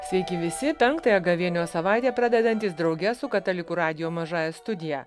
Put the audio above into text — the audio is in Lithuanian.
sveiki visi penktąją gavėnios savaitę pradedantys drauge su katalikų radijo mažąja studija